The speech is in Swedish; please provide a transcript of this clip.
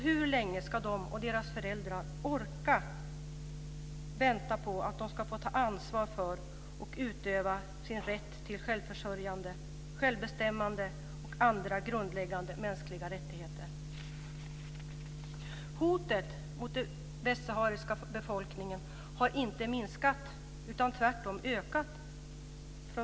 Hur länge ska de och deras föräldrar orka vänta på att de ska få ta ansvar för och utöva sin rätt till självförsörjande, självbestämmande och andra grundläggande mänskliga rättigheter? Hotet från Marocko mot den västsahariska befolkningen har inte minskat utan tvärtom ökat.